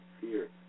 fear